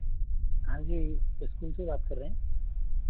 हाँ जी इस्कूल से बात कर रहे हैं